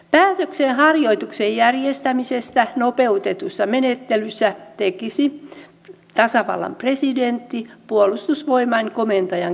päätöksen harjoituksen järjestämisestä nopeutetussa menettelyssä tekisi tasavallan presidentti puolustusvoimain komentajan esittelystä